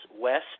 West